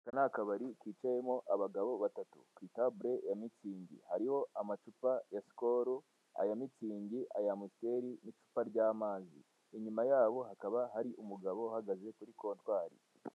Aka ni akabari kicayemo abagabo batatu, ku itabure ya mitsingi hariho amacupa ya sikolu, aya mitsingi, aya amusiteri, n'icupa ry'amazi inyuma yaho hakaba hari umugabo uhagaze kuri kontwari.